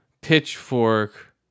pitchfork